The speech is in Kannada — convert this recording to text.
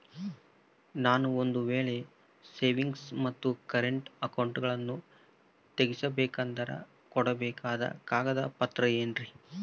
ನಾನು ಒಂದು ವೇಳೆ ಸೇವಿಂಗ್ಸ್ ಮತ್ತ ಕರೆಂಟ್ ಅಕೌಂಟನ್ನ ತೆಗಿಸಬೇಕಂದರ ಕೊಡಬೇಕಾದ ಕಾಗದ ಪತ್ರ ಏನ್ರಿ?